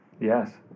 Yes